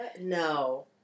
No